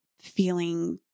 feeling